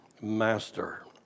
master